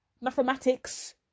Mathematics